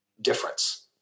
difference